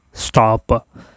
Stop